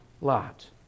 Lot